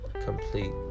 Complete